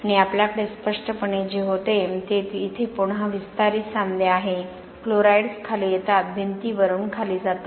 आणि आपल्याकडे स्पष्टपणे जे होते ते येथे पुन्हा विस्तारित सांधे आहे क्लोराईड्स खाली येतात भिंतीवरून खाली जातात